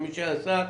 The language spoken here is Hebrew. כמי שהיה שר,